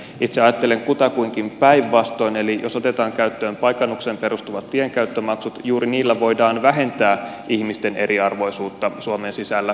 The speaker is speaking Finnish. itse ajattelen kutakuinkin päinvastoin eli jos otetaan käyttöön paikannukseen perustuvat tienkäyttömaksut juuri niillä voidaan vähentää ihmisten eriarvoisuutta suomen sisällä